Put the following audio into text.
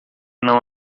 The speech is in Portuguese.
não